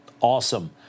Awesome